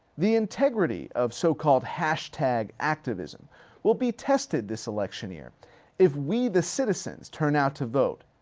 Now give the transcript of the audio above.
the integrity of so-called hashtag activism will be tested this election year if we, the citizens, turn out to vote.